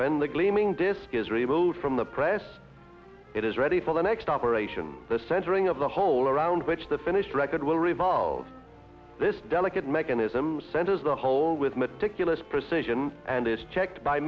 when the gleaming disc is removed from the press it is ready for the next operation the centering of the hole around which the finished record will revolve this delicate mechanism centers the hole with meticulous precision and is checked by